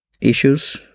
issues